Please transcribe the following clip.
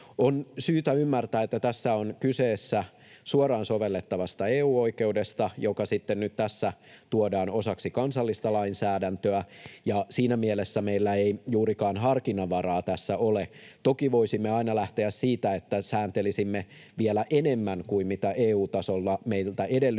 On syytä ymmärtää, että tässä on kyse suoraan sovellettavasta EU-oikeudesta, joka sitten nyt tässä tuodaan osaksi kansallista lainsäädäntöä, ja siinä mielessä meillä ei juurikaan harkinnanvaraa tässä ole. Toki voisimme aina lähteä siitä, että sääntelisimme vielä enemmän kuin mitä EU-tasolla meiltä edellytetään,